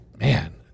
man